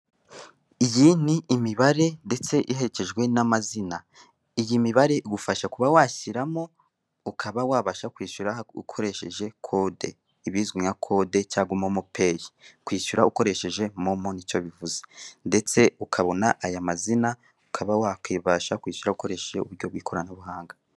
Iyi ni imibare ndetse iherekejwe n'amazina iyi mibare igufasha kuba washyiramo, ukaba wabasha kwishyura ukoresheje kode, ibizwi nka kode cyangwa MoMo Pay, kwishyura ukoresheje MoMo ni cyo bivuze, ndetse ukabona aya mazina, ukaba wabasha kwishyura ukoresheje uburyo bw'ikoranabuhanga.